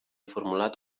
formulat